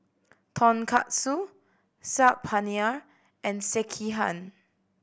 Tonkatsu Saag Paneer and Sekihan